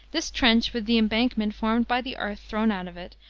this trench, with the embankment formed by the earth thrown out of it,